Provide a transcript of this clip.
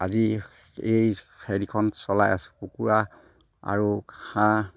আজি এই হেৰিখন চলাই আছোঁ কুকুৰা আৰু হাঁহ